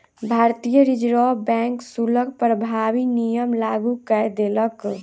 भारतीय reserve bank शुल्क प्रभावी नियम लागू कय देलक